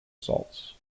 salts